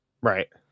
Right